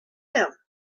him